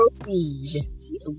proceed